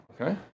Okay